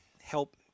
help